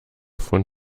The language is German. von